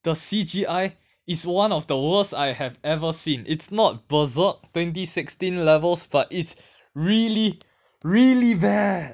the C_G_I is one of the worst I have ever seen it's not berserk twenty sixteen levels but it's really really bad